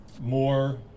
more